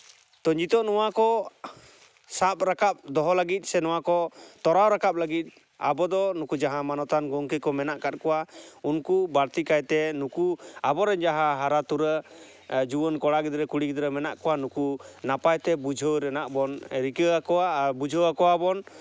ᱛᱚ ᱱᱤᱛᱚᱜ ᱱᱚᱣᱟ ᱠᱚ ᱥᱟᱵ ᱨᱟᱠᱟᱵ ᱫᱚᱦᱚ ᱞᱟᱹᱜᱤᱫ ᱥᱮ ᱱᱚᱣᱟ ᱠᱚ ᱛᱚᱨᱟᱣ ᱨᱟᱠᱟᱵᱽ ᱞᱟᱹᱜᱤᱫ ᱟᱵᱚ ᱫᱚ ᱱᱩᱠᱩ ᱡᱟᱦᱟᱸᱭ ᱢᱟᱱᱚᱛᱟᱱ ᱜᱚᱝᱠᱮ ᱠᱚ ᱢᱮᱱᱟᱜ ᱠᱟᱜ ᱠᱚᱣᱟ ᱩᱱᱠᱩ ᱵᱟᱹᱲᱛᱤ ᱠᱟᱭᱛᱮ ᱱᱩᱠᱩ ᱟᱵᱚᱨᱮ ᱡᱟᱦᱟᱸ ᱦᱟᱨᱟᱛᱚᱨᱟ ᱡᱩᱣᱟᱹᱱ ᱠᱚᱲᱟ ᱜᱤᱫᱽᱨᱟᱹ ᱠᱩᱲᱤ ᱜᱤᱫᱽᱨᱟᱹ ᱢᱮᱱᱟᱜ ᱠᱚᱣᱟ ᱩᱱᱠᱩ ᱱᱟᱯᱟᱭᱛᱮ ᱵᱩᱡᱷᱟᱹᱣ ᱨᱮᱱᱟᱜ ᱵᱚᱱ ᱨᱤᱠᱟᱹᱣ ᱟᱠᱚᱣᱟ ᱵᱡᱷᱟᱹᱣ ᱟᱠᱚᱣᱟ ᱵᱚᱱ